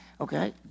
Okay